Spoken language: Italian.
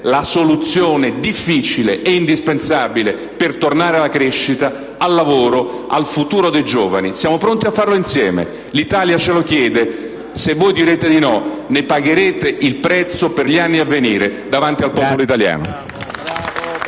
la soluzione difficile ed indispensabile per tornare alla crescita, al lavoro, al futuro dei giovani. Siamo pronti a farlo insieme. L'Italia ce lo chiede e se voi direte di no ne pagherete il prezzo, per gli anni a venire e davanti al popolo italiano.